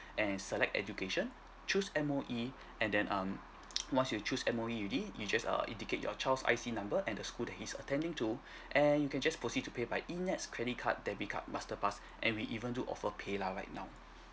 and select education choose M_O_E and then um once you choose M_O_E already you just err indicate your child's I_C number and the school that he's attending to and you can just proceed to pay by E nets credit card debit card masterpass and we even do offer paylah right now